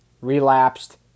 relapsed